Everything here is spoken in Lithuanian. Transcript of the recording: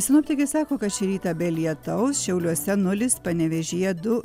sinoptikai sako kad šį rytą be lietaus šiauliuose nulis panevėžyje du